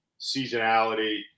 seasonality